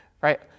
right